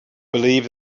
believe